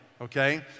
okay